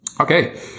Okay